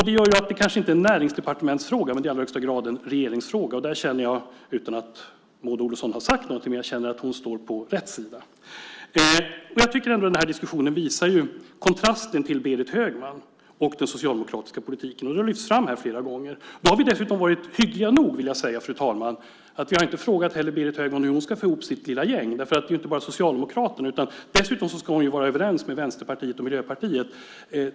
Det gör att det kanske inte är en näringsdepartementsfråga, men det är i allra högsta grad en regeringsfråga, och där känner jag att Maud Olofsson, utan att hon har sagt något, står på rätt sida. Jag tycker att den här diskussionen visar kontrasten till Berit Högman och den socialdemokratiska politiken. Det har lyfts fram här flera gånger. Då har vi dessutom varit hyggliga nog, fru talman, att inte ha frågat Berit Högman hur hon ska få ihop sitt lilla gäng. Det gäller ju inte bara Socialdemokraterna, utan dessutom ska hon ju vara överens med Vänsterpartiet och Miljöpartiet.